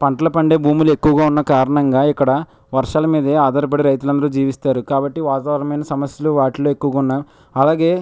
పంటల పండే భూములు ఎక్కువగా ఉన్న కారణంగా ఇక్కడ వర్షాలు మీదే ఆధారపడి రైతులు అందరూ జీవిస్తారు కాబట్టి వాతావరణమైన సమస్యలు వాటిలో ఎక్కువగా ఉన్న అలాగే